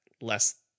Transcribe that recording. less